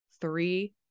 three